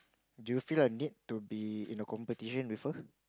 do you feel a need to be in a competition with her